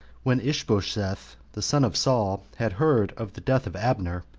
when ishbosheth, the son of saul, had heard of the death of abner,